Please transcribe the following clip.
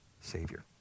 Savior